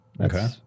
Okay